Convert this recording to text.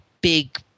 big